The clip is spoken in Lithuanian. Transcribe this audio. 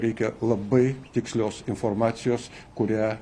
reikia labai tikslios informacijos kurią